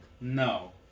No